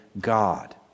God